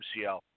MCL